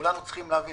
כולנו צריכים להבין,